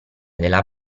della